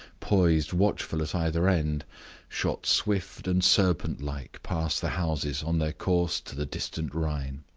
poised watchful at either end shot swift and serpent-like past the houses on their course to the distant rhine.